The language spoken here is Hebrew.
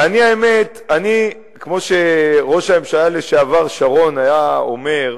האמת, כמו שראש הממשלה לשעבר שרון היה אומר,